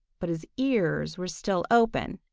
but his ears were still open,